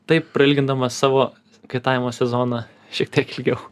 taip prailgindamas savo kaitavimo sezoną šiek tiek ilgiau